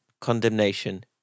condemnation